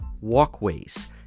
walkways